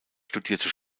studierte